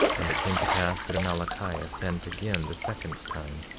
and it came to pass that amalickiah sent again the second time,